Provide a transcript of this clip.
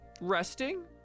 resting